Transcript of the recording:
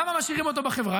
למה משאירים אותו בחברה?